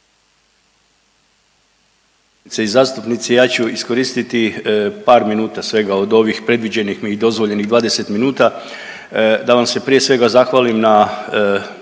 uključen./… zastupnici ja ću iskoristiti par minuta svega od ovih predviđenih mi i dozvoljenih 20 minuta da vam se prije svega zahvalim na